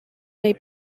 may